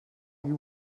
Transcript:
you